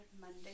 Monday